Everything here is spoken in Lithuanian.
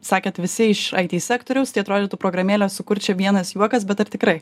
sakėt visi iš it sektoriaus tai atrodytų programėlę sukurt čia vienas juokas bet ar tikrai